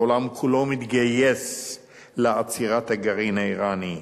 העולם כולו מתגייס לעצירת הגרעין האירני.